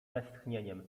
westchnieniem